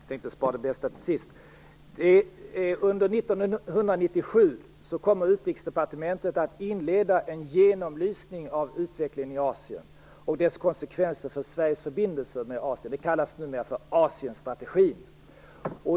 Herr talman! Jag instämmer med Helena Nilsson. Jag tänkte spara det bästa till sist. Under 1997 kommer Utrikesdepartementet att inleda en genomlysning av utvecklingen i Asien och dess konsekvenser för Sveriges förbindelser med Asien. Detta kallas numera för Asienstrategin.